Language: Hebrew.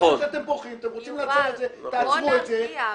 אתם רוצים לעצור את זה, תעצרו את זה.